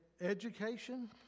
education